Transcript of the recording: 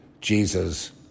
Jesus